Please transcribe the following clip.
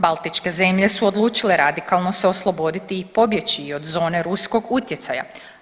Baltičke zemlje su odlučile radikalno se osloboditi i pobjeći od zone ruskog utjecaja.